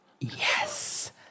yes